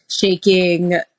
shaking